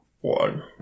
one